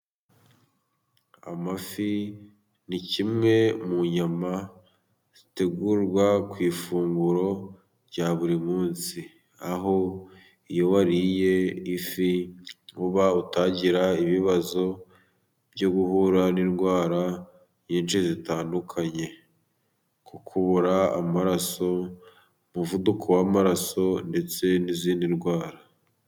Amafi ni kimwe mu nyama zitegurwa ku ifunguro rya buri munsi. Aho iyo wariye ifi， uba utagira ibibazo byo guhura n'indwara nyinshi zitandukanye. Nko kubura amaraso， umuvuduko w'amaraso，ndetse n'izindi ndwara.